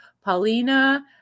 Paulina